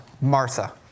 Martha